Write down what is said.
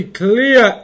clear